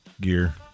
gear